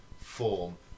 form